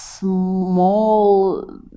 small